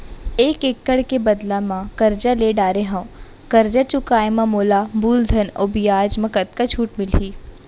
एक एक्कड़ के बदला म करजा ले डारे हव, करजा चुकाए म मोला मूलधन अऊ बियाज म कतका छूट मिलही?